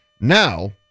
Now